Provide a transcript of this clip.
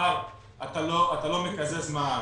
ובשכר אתה לא מקזז מע"מ.